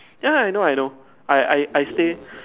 ya I know I know I I I stay